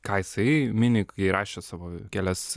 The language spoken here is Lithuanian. ką jisai mini kai rašė savo kelias